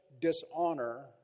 dishonor